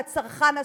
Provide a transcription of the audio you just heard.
לצרכן הסופי,